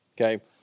Okay